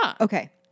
Okay